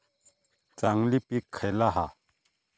चांगली पीक खयला हा?